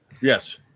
Yes